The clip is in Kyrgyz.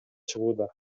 чыгууда